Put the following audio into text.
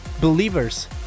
believers